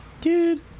Dude